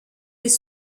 les